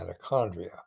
mitochondria